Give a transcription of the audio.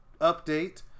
update